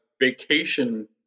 vacation